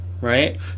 Right